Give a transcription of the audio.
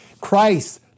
Christ